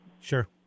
Sure